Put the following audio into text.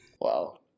Wow